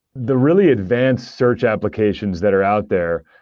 the really advanced search applications that are out there,